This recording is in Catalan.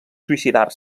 suïcidar